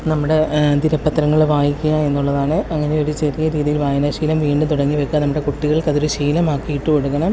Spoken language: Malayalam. നമ്മുടെ ദിനപ്പത്രങ്ങൾ വായിക്കുക എന്നുള്ളതാണ് അങ്ങനെയൊരു ചെറിയ രീതിയിൽ വായനാശീലം വീണ്ടും തുടങ്ങിവയ്ക്കുക നമ്മുടെ കുട്ടികൾക്ക് അതൊരു ശീലമാക്കിയിട്ട് കൊടുക്കണം